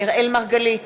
אראל מרגלית,